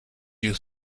you